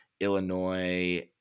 Illinois